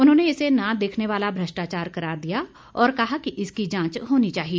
उन्होंने इसे न दिखने वाला भ्रष्टाचार करार दिया और कहा कि इसकी जांच होनी चाहिए